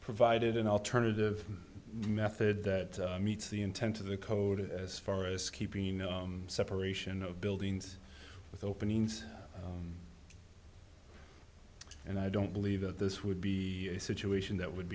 provided an alternative method that meets the intent of the code as far as keeping the separation of buildings with openings and i don't believe that this would be a situation that would